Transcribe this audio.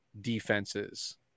defenses